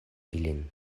ilin